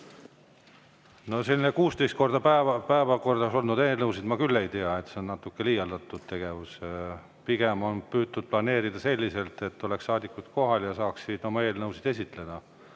No 16 korda päevakorras olnud eelnõusid ma küll ei tea, see on natuke liialdatud. Pigem on püütud planeerida selliselt, et saadikud oleksid kohal ja saaksid oma eelnõusid esitleda.